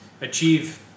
achieve